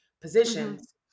positions